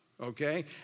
okay